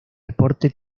deporte